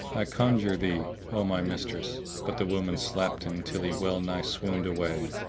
i conjure thee, o my mistress! but the women slapped him till he well nigh swooned away.